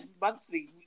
monthly